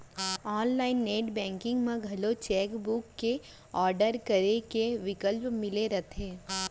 online net banking म घलौ cheque book के आडर करे के बिकल्प दिये रथे